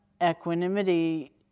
Equanimity